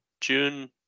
June